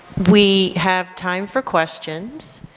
we have time for questions,